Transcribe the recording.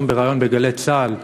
בריאיון ב"גלי צה"ל",